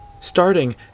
Starting